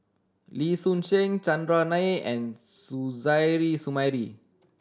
Lee Soon Seng Chandran Nair and Suzairhe Sumari